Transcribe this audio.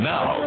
Now